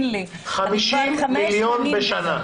50 מיליון שקלים בשנה.